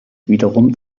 wiederum